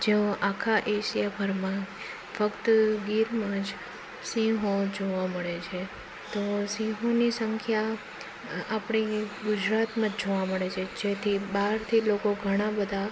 જો આખા એશિયા ભરમાં ફક્ત ગીરમાં જ સિંહો જોવા મળે છે તો સિંહોની સંખ્યા આપણી ગુજરાતમાં જ જોવા મળે છે જેથી બહારથી લોકો ઘણાં બધાં